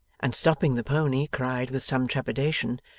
and stopping the pony, cried, with some trepidation,